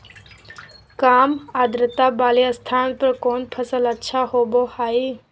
काम आद्रता वाले स्थान पर कौन फसल अच्छा होबो हाई?